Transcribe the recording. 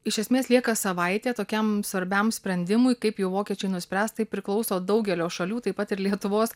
iš esmės lieka savaitė tokiam svarbiam sprendimui kaip jau vokiečiai nuspręs tai priklauso daugelio šalių taip pat ir lietuvos